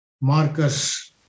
Marcus